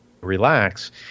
relax